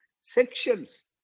sections